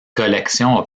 collection